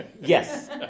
Yes